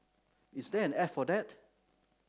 is there an app for that